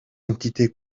entités